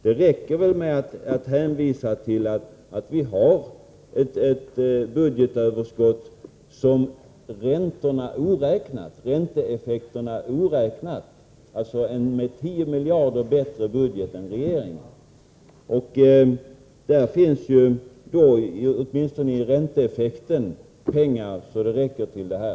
Det räcker väl med att hänvisa till att vi har en budget som är 10 miljarder starkare än regeringens — ränteeffekterna oräknade. Där finns — åtminstone med hänsyn till ränteeffekterna — pengar så det räcker.